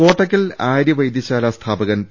കോട്ടക്കൽ ആര്യവൈദ്യശാല സ്ഥാപകൻ പി